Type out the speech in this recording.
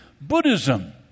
Buddhism